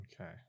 Okay